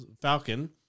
Falcon